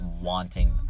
wanting